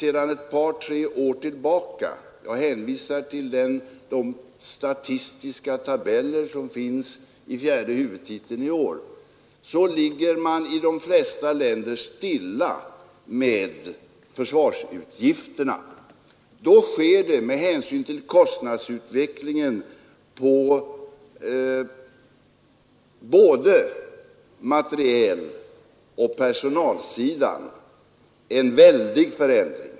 Sedan ett par tre år tillbaka — jag hänvisar till de statistiska tabeller som finns i fjärde huvudtiteln i år — ligger de flesta länder stilla med försvarsutgifterna. Men det sker under tiden genom kostnadsutvecklingen på både materieloch personalsidan en väldig förändring.